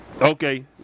Okay